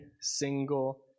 single